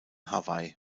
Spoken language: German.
hawaii